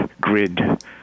grid